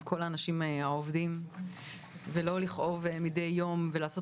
עם כל האנשים העובדים ולא לכאוב מידי יום ולעשות